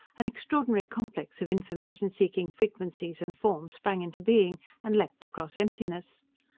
an extraordinary complex of information-seeking frequencies and forms sprang into being and leaped across emptiness.